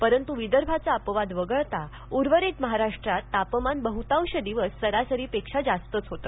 परंतु विदर्भाचा अपवाद वगळता उर्वरित महाराष्ट्रात तापमान बहुतांश दिवस सरासरीपेक्षा जास्तच होते